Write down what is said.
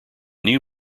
new